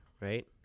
right